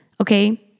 okay